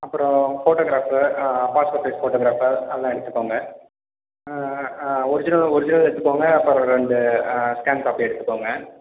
அப்புறம் photographer apostrophe s photographer அதெலாம் எடுத்துக்கோங்க ஒரிஜினல் ஒரிஜினல் எடுத்துக்கோங்க அப்புறம் ஒரு ரெண்டு ஸ்கேன் காப்பி எடுத்துக்கோங்க